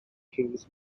kings